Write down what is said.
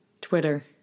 Twitter